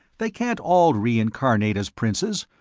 they can't all reincarnate as princes,